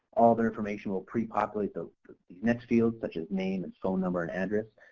all their information will prepopulate the the next fields, such as name and phone number and address.